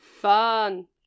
Fun